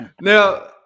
Now